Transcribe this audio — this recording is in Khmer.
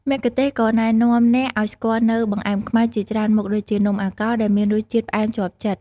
មគ្គុទ្ទេសក៍នឹងណែនាំអ្នកឱ្យស្គាល់នូវ បង្អែមខ្មែរ ជាច្រើនមុខដូចជា នំអាកោ ដែលមានរសជាតិផ្អែមជាប់ចិត្ត